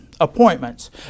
appointments